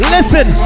Listen